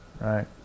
right